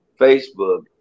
Facebook